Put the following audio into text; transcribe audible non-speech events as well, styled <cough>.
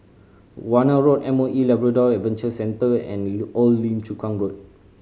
Warna Road M O E Labrador Adventure Centre and <unintelligible> Old Lim Chu Kang Road